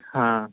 ਹਾਂ